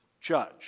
judge